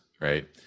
right